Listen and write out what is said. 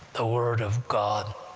the word of god.